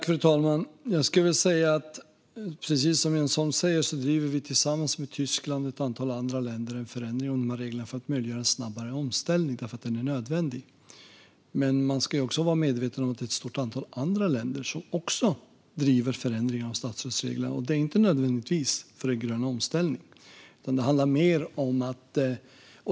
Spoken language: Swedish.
Fru talman! Precis som Jens Holm säger driver vi tillsammans med Tyskland och ett antal andra länder frågan om en förändring av de här reglerna för att möjliggöra en snabbare omställning därför att den är nödvändig. Men man ska också vara medveten om att det är ett stort antal andra länder som också driver på för förändringar av statsstödsreglerna, och det är inte nödvändigtvis för en grön omställning som de gör det.